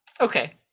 Okay